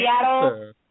Seattle